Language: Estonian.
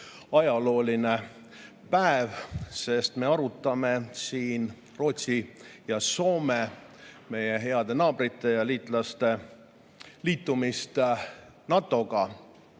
ajalooline päev, sest me arutame siin Rootsi ja Soome, meie heade naabrite ja liitlaste liitumist NATO‑ga.